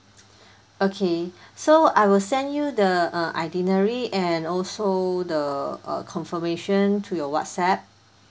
okay so I will send you the uh itinerary and also the uh confirmation to your WhatsApp